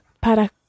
para